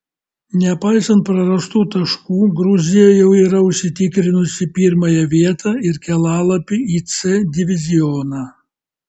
nepaisant prarastų taškų gruzija jau yra užsitikrinusi pirmąją vietą ir kelialapį į c divizioną